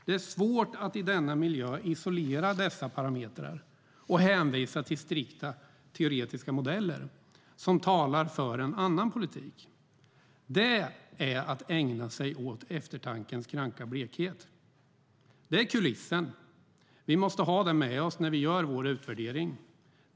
Det är svårt att i denna miljö isolera dessa parametrar och hänvisa till strikta teoretiska modeller som talar för en annan politik. Det är att ägna sig åt eftertankens kranka blekhet. Detta är kulissen vi måste ha med oss när vi gör vår utvärdering.